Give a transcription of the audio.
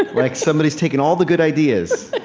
ah like, somebody's taken all the good ideas.